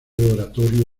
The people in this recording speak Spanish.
oratorio